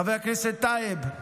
חבר הכנסת טייב,